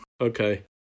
Okay